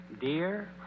Dear